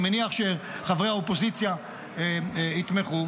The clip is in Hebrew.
אני מניח שחברי האופוזיציה יתמכו,